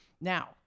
Now